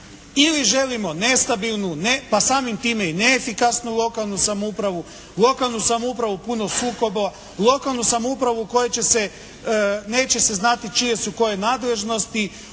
ili želimo nestabilnu pa samim time i neefikasnu lokalnu samoupravu, lokalnu samoupravu punu sukoba, lokalnu samoupravu u kojoj će se, neće će se znati čije su koje nadležnosti,